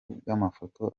bw’amafoto